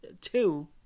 two